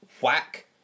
whack